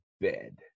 bed